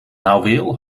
houweel